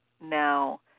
now